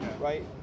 right